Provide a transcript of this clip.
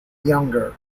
younger